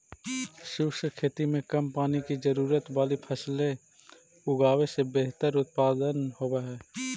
शुष्क खेती में कम पानी की जरूरत वाली फसलें लगावे से बेहतर उत्पादन होव हई